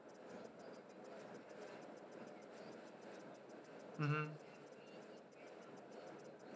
mmhmm